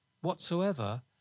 whatsoever